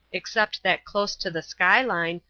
except that close to the sky line,